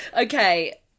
Okay